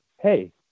hey